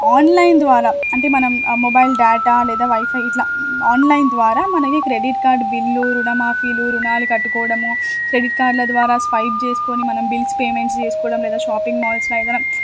online ద్వారా అంటే మనం మొబైల్ డేటా లేదా వైఫై ఇలా ఆన్లైన్ ద్వారా మనకి క్రెడిట్ కార్డ్ బిల్ రుణమాఫీలు రుణాలు కట్టుకోడము క్రెడిట్ కార్డ్ల ద్వారా స్వైప్ చేసుకోని మనం బిల్స్ పేమెంట్స్ చేసుకోవడం లేదా షాపింగ్ మాల్స్లో ఏదైనా